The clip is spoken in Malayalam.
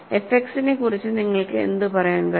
എഫ് എക്സിനെക്കുറിച്ച് നിങ്ങൾക്ക് എന്ത് പറയാൻ കഴിയും